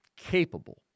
capable